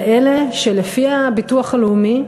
על אלה שלפי הביטוח הלאומי,